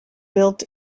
built